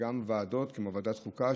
וגם בוועדות כמו ועדת חוקה,